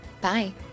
Bye